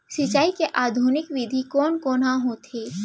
सिंचाई के आधुनिक विधि कोन कोन ह होथे?